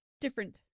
different